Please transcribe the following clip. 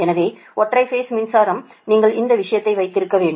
எனவே ஒற்றை பேஸ் மின்சாரம் நீங்கள் இந்த விஷயத்தை வைத்திருக்க வேண்டும்